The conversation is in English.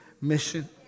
mission